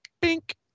pink